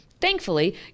Thankfully